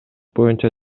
боюнча